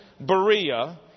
Berea